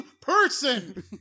person